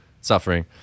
suffering